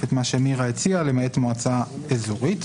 את מה שמירה הציעה "למעט מועצה אזורית".